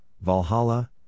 Valhalla